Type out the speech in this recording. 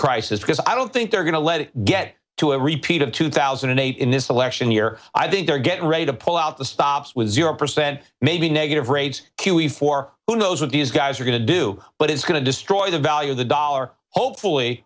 crisis because i don't think they're going to let it get to a repeat of two thousand and eight in this election year i think they're getting ready to pull out the stops with zero percent maybe negative rates q e four who knows what these guys are going to do but it's going to destroy the value of the dollar hopefully